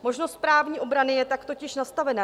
Možnost právní obrany je tak totiž nastavena.